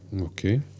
Okay